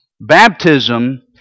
Baptism